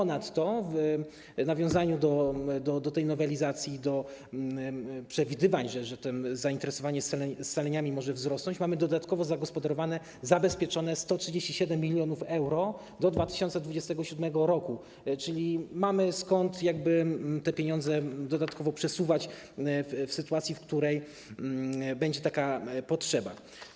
Ponadto w nawiązaniu do tej nowelizacji i do przewidywań, że zainteresowanie scaleniami może wzrosnąć, mamy dodatkowo zagospodarowane, zabezpieczone 137 mln euro do 2027 r., czyli mamy skąd te pieniądze dodatkowo przesuwać w sytuacji, w której będzie taka potrzeba.